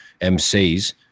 MCs